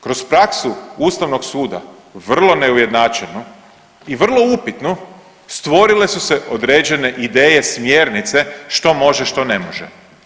Kroz praksu Ustavnog suda, vrlo neujednačenu i vrlo upitnu stvorile su se određene ideje smjernice što može, što ne može.